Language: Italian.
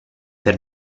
per